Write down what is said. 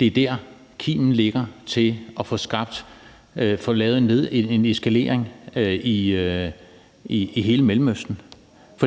det er der, kimen til at forhindre en eskalering i hele Mellemøsten ligger.